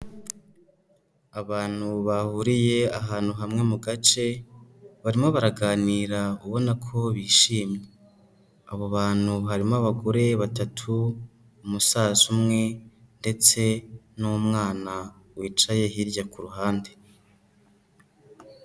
Abantu bahuriye ahantu hamwe mu gace, barimo baraganira ubona ko bishimye, abo bantu harimo abagore batatu, umusaza umwe ndetse n'umwana wicaye hirya ku ruhande.